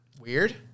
weird